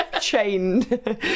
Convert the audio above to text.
Chained